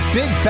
big